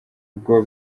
ubwo